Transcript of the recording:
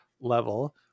Level